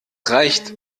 reicht